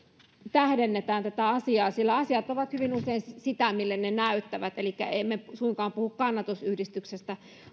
tähdennetään tätä asiaa sillä asiat ovat hyvin usein sitä mille ne näyttävät elikkä emme suinkaan puhuu kannatusyhdistyksestä